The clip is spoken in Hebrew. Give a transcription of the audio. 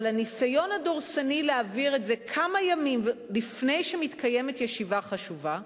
אבל הניסיון הדורסני להעביר את זה כמה ימים לפני שמתקיימת ישיבה חשובה,